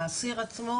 האסיר עצמו